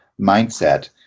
mindset